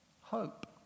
Hope